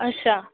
अच्छा